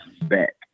back